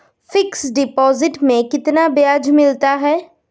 Fix deposit में कितना ब्याज मिलता है?